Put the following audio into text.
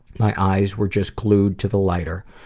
my eyes were just glued to the lighter.